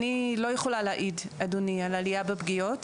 אני לא יכולה להעיד, אדוני, על עלייה בפגיעות.